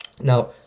Now